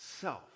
self